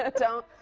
ah don't